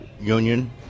union